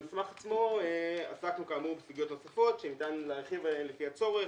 במסמך עצמו עסקנו כאמור בסוגיות נוספות שניתן להרחיב עליהן לפי הצורך.